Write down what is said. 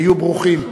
היו ברוכים.